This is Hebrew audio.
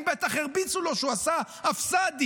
בטח הרביצו לו כשהוא עשה הפס"דים.